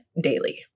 daily